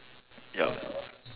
ya